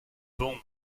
bon